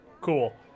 Cool